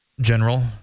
General